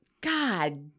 god